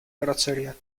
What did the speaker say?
carrozzeria